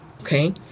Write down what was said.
Okay